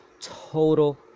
total